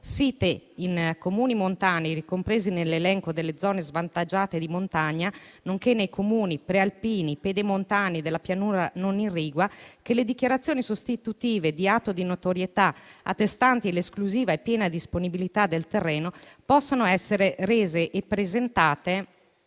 site in Comuni montani ricompresi nell'elenco delle zone svantaggiate di montagna, nonché nei Comuni prealpini, pedemontani, della pianura non irrigua, che le dichiarazioni sostitutive di atto di notorietà attestante l'esclusiva e piena disponibilità del terreno possano essere rese e presentate